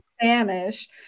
Spanish